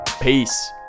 peace